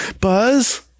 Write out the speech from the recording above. Buzz